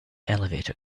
elevator